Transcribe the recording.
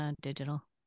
digital